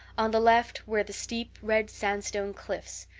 on the left were the steep red sandstone cliffs,